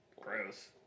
Gross